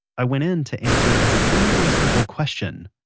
i went in to answer a seemingly simple question.